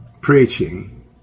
preaching